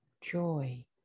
joy